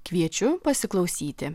kviečiu pasiklausyti